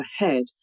ahead